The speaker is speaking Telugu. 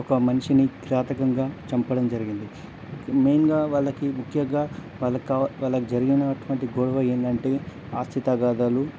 ఒక మనిషిని కిరాతకంగా చంపడం జరిగింది మెయిన్గా వాళ్ళకి ముఖ్యంగా వాళ్ళకి కా వాళ్ళకి జరిగినటువంటి గొడవ ఏందంటే ఆస్తి తగాదాలు